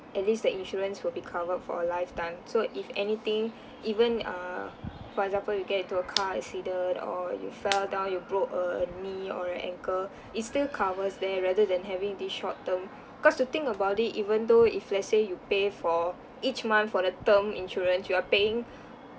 at least the insurance will be covered for lifetime so if anything even err for example you get into a car accident or you fell down you broke a knee or a ankle it still covers there rather than having this short term cause to think about it even though if let's say you pay for each month for the term insurance you are paying